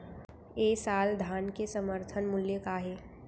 ए साल धान के समर्थन मूल्य का हे?